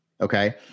okay